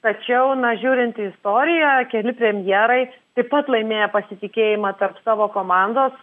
tačiau na žiūrint į istoriją keli premjerai taip pat laimėję pasitikėjimą tarp savo komandos